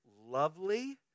lovely